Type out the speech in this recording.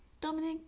Dominic